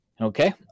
Okay